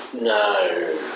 No